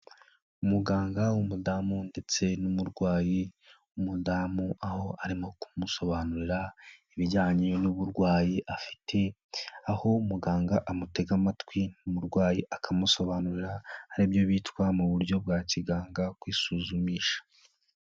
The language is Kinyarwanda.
Umuganga w'umudamu ndetse n'umurwayi w'umudamu aho arimo kumusobanurira ibijyanye n'uburwayi afite aho muganga amutega amatwi umurwayi akamusobanurira aribyo bitwa mu buryo bwa kiganga kwisuzumisha.